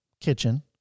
kitchen